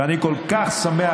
ואני כל כך שמח,